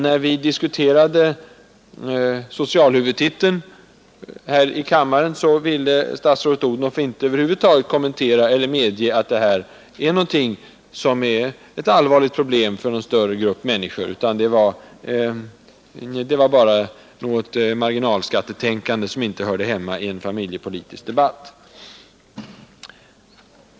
När vi diskuterade socialhuvudtiteln här i kammaren ville statsrådet Odhnoff över huvud taget inte medge att detta är ett allvarligt bekymmer för någon större grupp människor, utan det var bara ett marginalskattetänkande som inte hörde hemma i en familjepolitisk debatt.